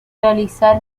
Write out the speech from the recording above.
realizar